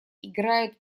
играет